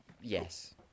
Yes